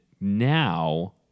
now